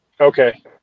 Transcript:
Okay